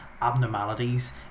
abnormalities